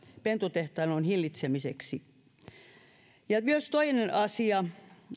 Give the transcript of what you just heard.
pentutehtailun hillitsemiseksi myös toinen asia